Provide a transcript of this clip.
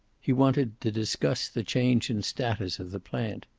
he wanted to discuss the change in status of the plant.